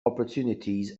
opportunities